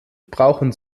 brauchen